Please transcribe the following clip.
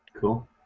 Cool